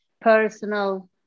personal